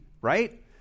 right